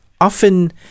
often